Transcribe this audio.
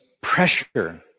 pressure